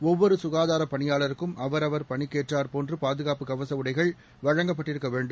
ஒவ்வொரு சுகாதார பணியாளருக்கும் அவரவர் பணிக்கேற்றாற் போன்று பாதுகாப்பு கவச உடைகள் வழங்கப்பட்டிருக்க வேண்டும்